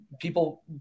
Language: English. people